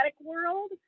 world